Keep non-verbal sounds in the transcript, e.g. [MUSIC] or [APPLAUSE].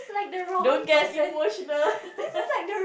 don't get emotional [LAUGHS]